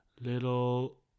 Little